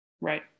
Right